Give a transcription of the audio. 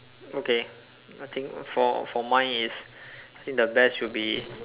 okay I think for for mine is I think the best would be